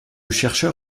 chercheur